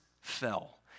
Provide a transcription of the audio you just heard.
fell